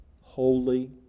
Holy